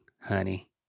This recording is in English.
honey